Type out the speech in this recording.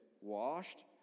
washed